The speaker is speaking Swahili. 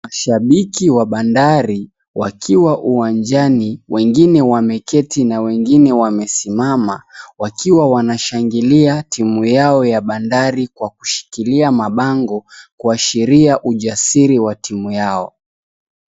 Shambiki wa Bandari wakiwa uwanjani. Wengine wameketi na wengine wamesimama. Wakiwa wanashangilia timu yao ya Bandari kwa kushikiria mabango .Kuashiria ujasiri wa timu yao.